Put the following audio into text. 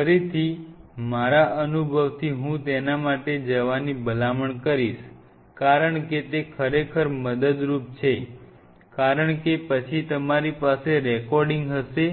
ફરીથી મારા અનુભવથી હું તેના માટે જવાની ભલામણ કરીશ કારણ કે તે ખરેખર મદદરૂપ છે કારણ કે પછી તમારી પાસે રેકોર્ડિંગ હશે